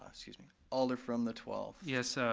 ah excuse me. alder from the twelfth. yes.